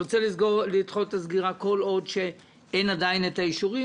הוא ירצה לדחות את הסגירה כל עוד שאין עדיין את האישורים,